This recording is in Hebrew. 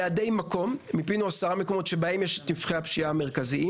יעדי מקום: מיפינו 10 מקומות שבהם יש את טווחי הפשיעה המרכזיים,